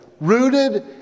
rooted